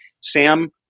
Sam